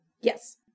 Yes